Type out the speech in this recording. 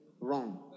wrong